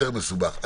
מסובך.